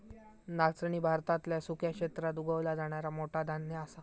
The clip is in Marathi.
नाचणी भारतातल्या सुक्या क्षेत्रात उगवला जाणारा मोठा धान्य असा